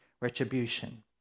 retribution